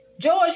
George